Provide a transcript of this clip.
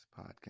podcast